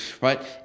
right